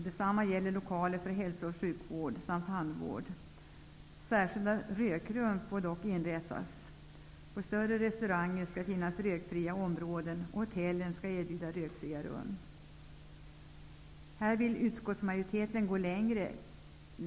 Detsamma gäller lokaler för hälso och sjukvård samt tandvård. Särskilda rökrum får dock inrättas. På större restauranger skall det finnas rökfria områden, och hotellen skall erbjuda rökfria rum. Här vill utskottsmajoriteten gå längre.